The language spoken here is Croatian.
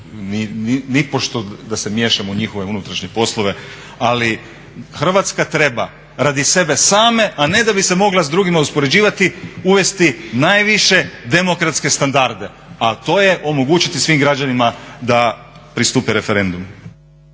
nipošto da se miješam u njihove unutrašnje poslove. Ali Hrvatska treba radi sebe same, a ne da bi se mogla s drugima uspoređivati uvesti najviše demokratske standarde, a to je omogućiti svim građanima da pristupe referendumu.